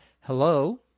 Hello